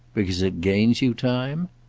because it gains you time?